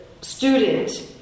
student